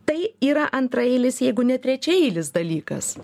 tai yra antraeilis jeigu ne trečiaeilis dalykas